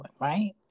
right